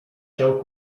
się